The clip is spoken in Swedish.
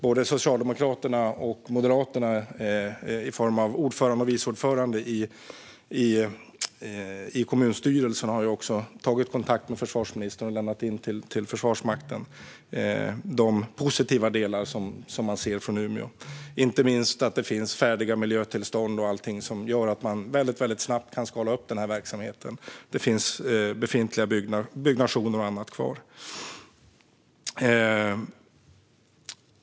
Både Socialdemokraterna och Moderaterna, i form av ordförande och vice ordförande i kommunstyrelsen, har tagit kontakt med försvarsministern och Försvarsmakten och överlämnat de positiva delar som man ser i Umeå, inte minst att det finns färdiga miljötillstånd och annat som gör att man mycket snabbt kan skala upp denna verksamhet. Det finns befintlig byggnation och annat kvar.